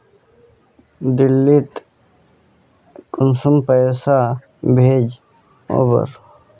दिल्ली त कुंसम पैसा भेज ओवर?